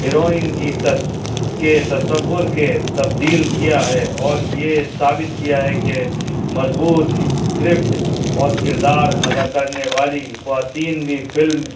heroine کی کے تصور کے تبدیل کیا ہے اور یہ ثابت کیا ہے کہ مضبوط اسکرپٹ اور کردار ادا کرنے والی خواتین بھی فلم